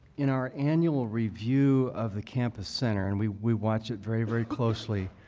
in our annual review of the campus center, and we we watch it very, very closely,